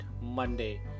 Monday